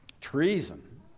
treason